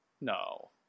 No